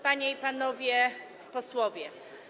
Panie i Panowie Posłowie!